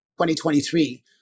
2023